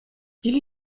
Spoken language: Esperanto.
ili